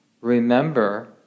remember